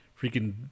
Freaking